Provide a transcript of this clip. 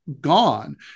gone